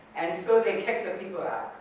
and so they kicked the people